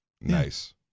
nice